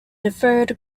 deferred